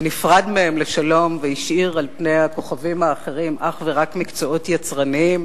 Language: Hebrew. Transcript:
נפרד מהם לשלום והשאיר על פני הכוכבים האחרים אך ורק מקצועות יצרניים,